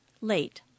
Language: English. late